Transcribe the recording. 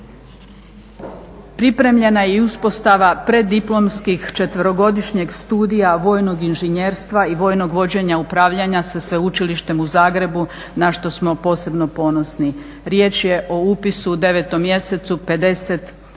Pripremljena je i uspostava preddiplomskih četverogodišnjeg studija vojnog inženjerstva i vojnog vođenje upravljanja sa Sveučilištem u Zagrebu na što smo posebno ponosni. Riječ je o upisu u 9 mjesecu 50,